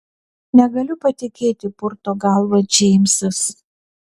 negaliu patikėti purto galvą džeimsas